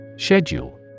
Schedule